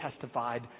testified